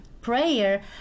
prayer